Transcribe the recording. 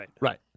Right